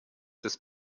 des